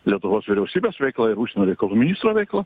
lietuvos vyriausybės veikla ir užsienio reikalų ministro veikla